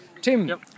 Tim